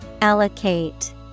Allocate